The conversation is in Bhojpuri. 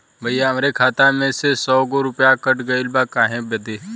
भईया हमरे खाता मे से सौ गो रूपया कट गइल बा काहे बदे?